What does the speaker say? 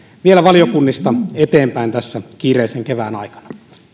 vielä valiokunnista eteenpäin tässä kiireisen kevään aikana